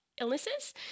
illnesses